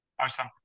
awesome